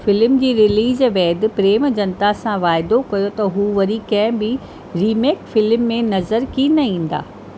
film जी release बैदि प्रेम जनता सां वायदो कयो त हू वरी कंहिं बि रीमेक फिल्म में नज़र कीन ईंदा